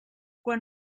quan